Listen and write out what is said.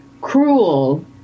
cruel